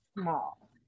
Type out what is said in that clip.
small